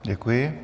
Děkuji.